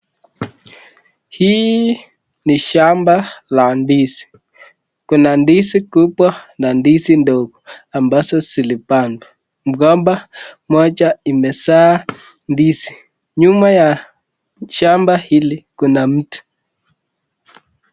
Hii ni shamba la ndizi kuna ndizi kubwa na ndizi ndogo ambazo zilipandwa. Mgomba moja imezaa ndizi. Nyuma ya shamba hili kuna mti.